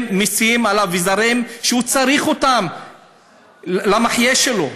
מיסים על אביזרים שהוא צריך אותם למחיה שלו?